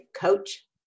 Coach